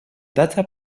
data